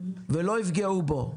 ולא יפגעו בו.